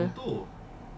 daripada